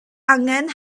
angen